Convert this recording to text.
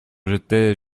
j’étais